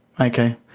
Okay